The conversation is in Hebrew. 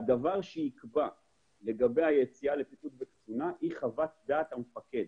הדבר שיקבע יציאה לפיקוד וקצונה הוא חוות דעת המפקד.